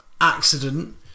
Accident